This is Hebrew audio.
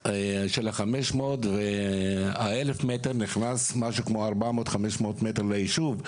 ה-500 מטר נכנס משהו כמו 400,500 מטר בתוך הישוב.